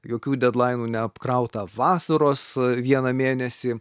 jokių dedlainų neapkrautą vasaros vieną mėnesį